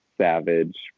Savage